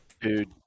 Dude